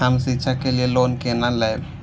हम शिक्षा के लिए लोन केना लैब?